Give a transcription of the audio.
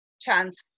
chance